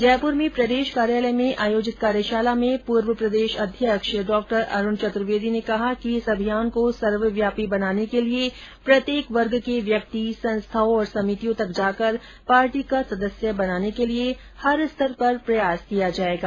जयपुर में प्रदेश कार्यालय में आयोजित कार्यशाला में पूर्व प्रदेश अध्यक्षता ड़ा अरूण चतुर्वेदी ने कहा कि इस अभियान को सर्वव्यापी बनाने के लिए प्रत्येक वर्ग के व्यक्ति संस्थाओं और समितियों तक जाकर पार्टी का सदस्य बनाने के लिए हर स्तर पर प्रयास किया जायेगा